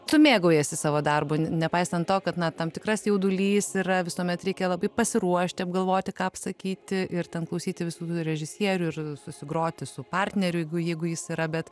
tu mėgaujiesi savo darbu nepaisant to kad na tam tikras jaudulys yra visuomet reikia labai pasiruošti apgalvoti ką pasakyti ir ten klausyti visų režisierių ir susigroti su partneriu jeigu jis yra bet